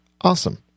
awesome